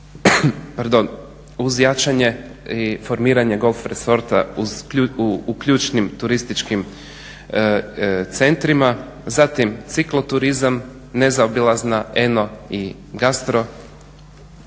uz jačanje i formiranje golf resorta u ključnim turističkim centrima. Zatim cikloturizam nezaobilazna eno i gastro